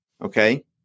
okay